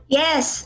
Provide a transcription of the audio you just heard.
yes